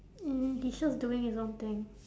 mm he's just doing his own thing